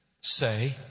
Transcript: say